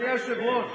אדוני היושב-ראש,